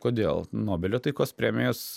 kodėl nobelio taikos premijos